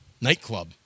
nightclub